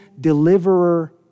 deliverer